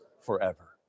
forever